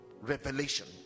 revelation